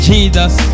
Jesus